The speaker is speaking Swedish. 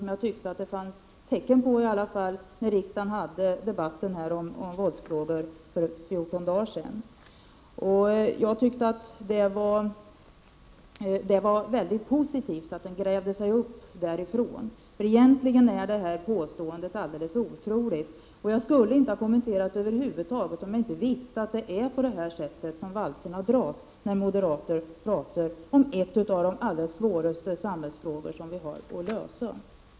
I den diskussion som vi hade om våldsfrågor för 14 dagar sedan tyckte jag i varje fall att det fanns tecken på det. Jag tyckte då att det var mycket positivt att hon grävde sig upp. Egentligen är det här påståendet helt otroligt. Jag skulle över huvud taget inte ha kommenterat det om jag inte visste att det är på det sättet som valserna går när moderaterna talar om en av de allra svåraste samhällsfrågor som vi har att lösa.